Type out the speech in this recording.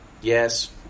Yes